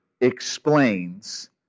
explains